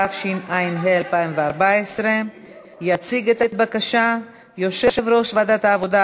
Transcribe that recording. התשע"ה 2014. יציג את הבקשה יושב-ראש ועדת העבודה,